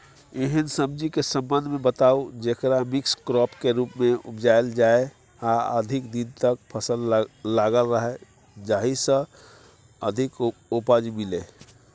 एहन सब्जी के संबंध मे बताऊ जेकरा मिक्स क्रॉप के रूप मे उपजायल जाय आ अधिक दिन तक फसल लागल रहे जाहि स अधिक उपज मिले?